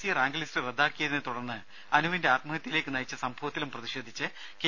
C rank list റദ്ദാക്കിയതിനെ തുടർന്ന് അനുവിന്റെ ആത്മഹത്യയിലേക്ക് നയിച്ച സംഭവത്തിലും പ്രതിഷേധിച്ച് കെ